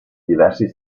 diversi